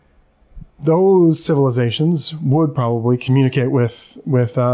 those civilizations would probably communicate with with